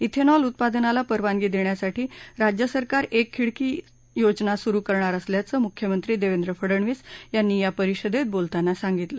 श्वेनॉल उत्पादनाला परवानगी देण्यासाठी राज्यसरकार एक खिडकी योजना सुरु करणार असल्याचं मुख्यमंत्री देवेद्र फडणवीस यांनी या परिषदेत बोलताना सांगितलं